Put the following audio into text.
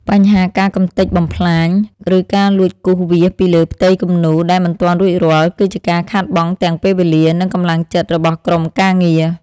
បញ្ហាការកម្ទេចបំផ្លាញ ឬការលួចគូសវាសពីលើផ្ទាំងគំនូរដែលមិនទាន់រួចរាល់ គឺជាការខាតបង់ទាំងពេលវេលា និងកម្លាំងចិត្តរបស់ក្រុមការងារ។